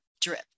drip